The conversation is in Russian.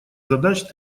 задач